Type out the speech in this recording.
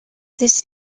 this